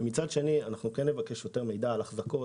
מצד שני אנחנו נבקש מידע על החזקות,